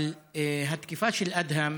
אבל התקיפה של אדהם